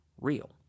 real